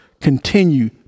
Continue